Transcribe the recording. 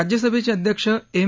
राज्यसभेचे अध्यक्ष एम